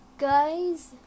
Guys